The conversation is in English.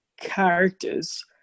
characters